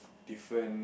different